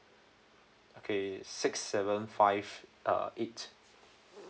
okay six seven five uh eight